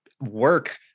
work